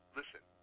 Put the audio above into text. listen